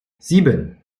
sieben